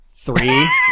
Three